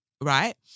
Right